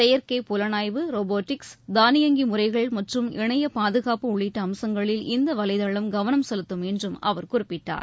செயற்கைப் புலனாய்வு ரோபோடிக்ஸ் தானியங்கி முறைகள் மற்றும் இணைய பாதுகாப்பு உள்ளிட்ட அம்சங்களில் இந்த வலைதளம் கவனம் செலுத்தும் என்று அவர் குறிப்பிட்டார்